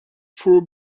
four